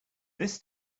this